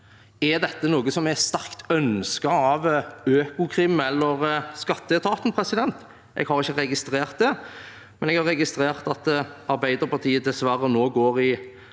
Er dette noe som er sterkt ønsket av Økokrim eller skatteetaten? Jeg har ikke registrert det, men jeg har registrert at Arbeiderpartiet dessverre nå går i